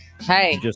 Hey